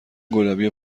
گلابی